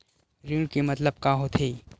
ऋण के मतलब का होथे?